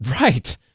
right